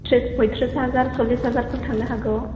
ट्रिस पइट्रिस हाजार सल्लिस हाजारफोर थांनो हागौ